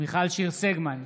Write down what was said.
מיכל שיר סגמן,